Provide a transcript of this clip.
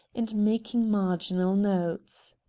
and making marginal notes.